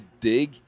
dig